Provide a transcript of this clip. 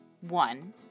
One